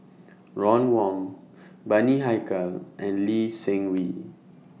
Ron Wong Bani Haykal and Lee Seng Wee